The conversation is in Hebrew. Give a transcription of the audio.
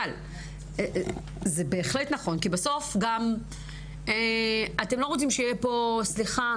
אבל זה בהחלט נכון כי בסוף גם אתם לא רוצים שיהיה פה סליחה,